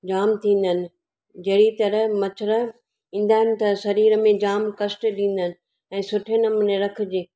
जाम थींदा आहिनि जहिड़ी तराहं मछर ईंदा आहिनि त शरीर में जाम कष्ट ॾींदा आहिनि ऐं सुठे नमूने रखिजे